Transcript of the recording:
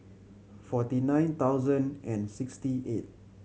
forty nine thousand and sixty eight